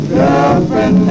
girlfriend